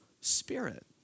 spirit